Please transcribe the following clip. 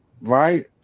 right